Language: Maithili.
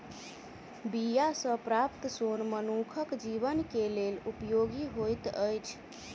बीया सॅ प्राप्त सोन मनुखक जीवन के लेल उपयोगी होइत अछि